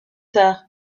tard